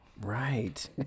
Right